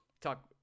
Talk